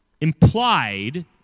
implied